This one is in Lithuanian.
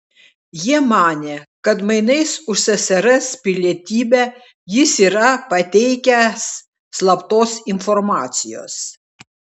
jie manė kad mainais už ssrs pilietybę jis yra pateikęs slaptos informacijos